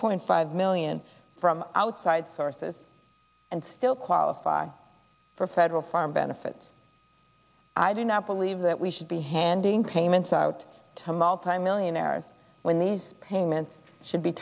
point five million from outside sources and still qualify for federal farm benefits i do not believe that we should be handing payments out to multimillionaires when these payments should be